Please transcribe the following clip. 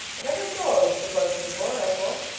i never saw her look so pleasant before, that's what.